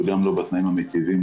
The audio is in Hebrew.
וגם לא בתנאים המטיבים